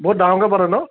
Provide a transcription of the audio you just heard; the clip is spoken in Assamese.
বহুত ডাঙৰকৈ পাতে ন